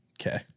Okay